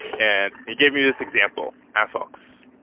and he gave me this example infox.